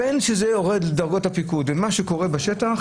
בין זה שזה יורד לדרגות הפיקוד לבין מה שקורה בשטח,